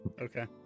Okay